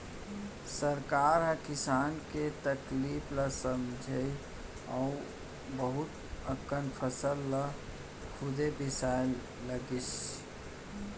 सरकार ह किसान के तकलीफ ल समझिस अउ बहुत अकन फसल ल खुदे बिसाए लगिस